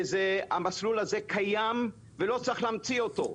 המסלול הזה קיים ולא צריך להמציא אותו,